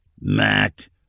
Mac